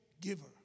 giver